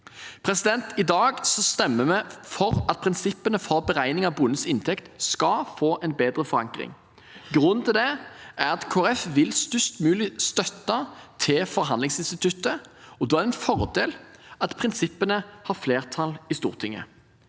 – punktum. I dag stemmer vi for at prinsippene for beregning av bondens inntekt skal få en bedre forankring. Grunnen til det er at Kristelig Folkeparti vil ha størst mulig støtte til forhandlingsinstituttet, og da er det en fordel at prinsippene får flertall i Stortinget.